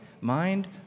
mind